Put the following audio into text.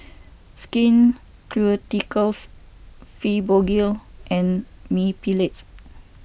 Skin Ceuticals Fibogel and Mepilex